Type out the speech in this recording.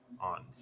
on